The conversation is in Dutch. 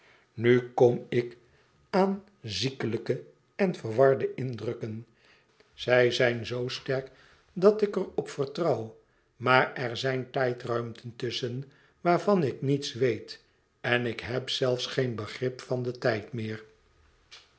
nu kom ik aan ziekelijke en verwarde indrukken zij zijn zoo sterk dat ik er op vertrouw maar er zijn tijdruimten tusschen waarvan ik niets weet en ik heb zelfs geen begrip van den tijd meer